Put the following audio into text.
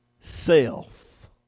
self